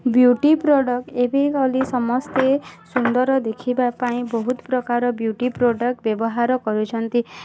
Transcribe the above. beauty product ଏବେ ଖାଲି ସମସ୍ତେ ସୁନ୍ଦର ଦେଖିବା ପାଇଁ ବହୁତ ପ୍ରକାର ବିୟୁଟି ପ୍ରଡ଼କ୍ଟ୍ ବ୍ୟବହାର କରୁଛନ୍ତି